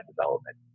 development